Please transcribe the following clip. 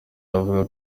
bavuga